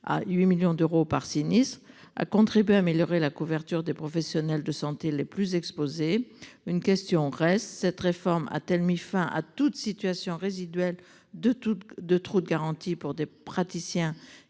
à 8 millions d'euros par sinistre a contribué à améliorer la couverture des professionnels de santé les plus exposés. Une question reste cette réforme a-t-elle mis fin à toute situation résiduel de toutes de trop de garantie pour des praticiens